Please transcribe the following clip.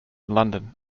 london